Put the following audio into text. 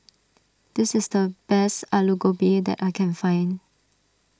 this is the best Alu Gobi that I can find